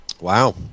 Wow